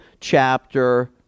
chapter